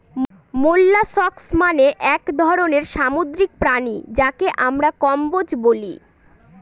molluscs মানে এক ধরনের সামুদ্রিক প্রাণী যাকে আমরা কম্বোজ বলি